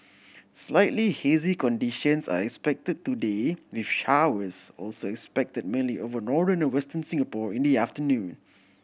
slightly hazy conditions are expected today with showers also expect mainly over northern and Western Singapore in the afternoon